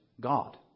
God